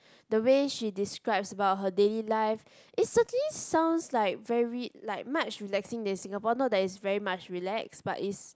the way she describes about her daily life is certainly sounds like very like much relaxing than Singapore not that it's very much relax but is